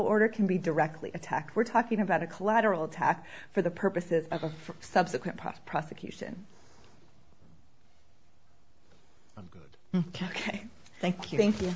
order can be directly attacked we're talking about a collateral attack for the purposes of a subsequent prosecution good ok thank you thank you